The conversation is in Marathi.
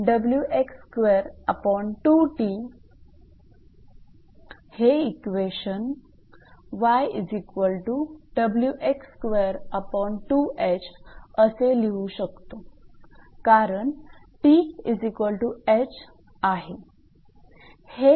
म्हणजेच हे इक्वेशन असे लिहू शकतो कारण 𝑇𝐻 आहे